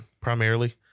primarily